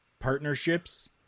partnerships